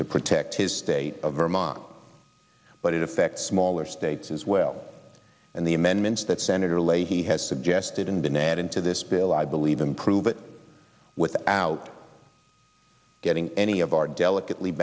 to protect his state of vermont but it affects smaller states as well and the amendments that senator leahy has suggested and been added to this bill i believe improve it without getting any of our delicately